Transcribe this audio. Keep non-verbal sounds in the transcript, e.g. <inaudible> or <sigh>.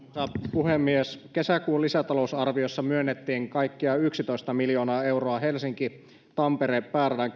puhemies kesäkuun lisätalousarviossa myönnettiin kaikkiaan yksitoista miljoonaa euroa helsinki tampere pääradan <unintelligible>